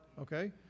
okay